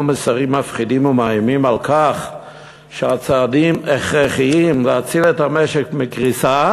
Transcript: מסרים מפחידים ומאיימים על כך שהצעדים הכרחיים להציל את המשק מקריסה,